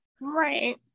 right